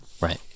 right